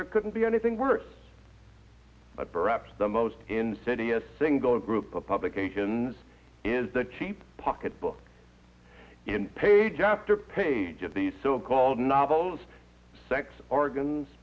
there couldn't be anything worse but perhaps the most insidious single group of publications is the cheap pocket book page after page of these so called novels sex organs